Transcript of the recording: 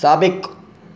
साबिक़ु